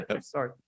sorry